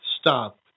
stop